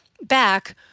back